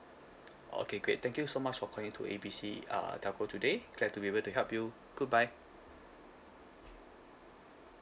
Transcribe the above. okay great thank you so much for calling to A B C uh telco today glad to be able to help you goodbye